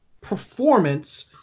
performance